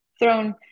thrown